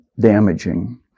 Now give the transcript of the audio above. damaging